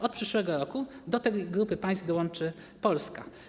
Od przyszłego roku do tej grupy państw dołączy Polska.